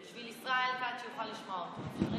בשביל ישראל כץ, שביקש לשמוע אותו.